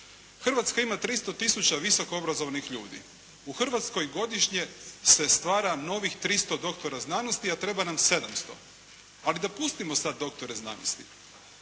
Hrvatska ima 300 000 visoko obrazovanih ljudi. U Hrvatskoj godišnje se stvara novih 300 doktora znanosti, a treba nam 700. Ali da pustimo sad doktore znanosti.